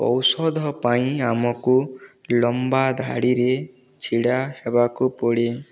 ଔଷଧ ପାଇଁ ଆମକୁ ଲମ୍ବା ଧାଡ଼ିରେ ଛିଡ଼ା ହେବାକୁ ପଡ଼େ